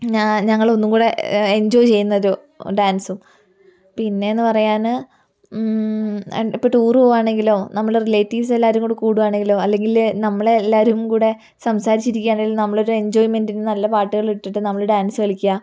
ഞാൻ ഞങ്ങൾ ഒന്നു കൂടി എൻജോയ് ചെയ്യുന്നതോ ഒരു ഡാൻസും പിന്നെ എന്ന് പറയാന് ഇപ്പോൾ ടൂർ പോവുകയാണെങ്കിലോ നമ്മൾ റിലേറ്റീവ്സ് എല്ലാവരും കൂടി കൂടുവാണെങ്കിലോ അല്ലെങ്കിൽ നമ്മളെല്ലാവരും കൂടെ സംസാരിച്ചിരിക്കുകയാണെങ്കിലും നമ്മുടെ എൻജോയ്മെന്റിന് നല്ല പാട്ട് പാട്ടുകൾ ഇട്ടിട്ട് നമ്മൾ ഡാൻസ് കളിക്കുക